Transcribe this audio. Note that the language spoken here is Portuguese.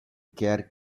quer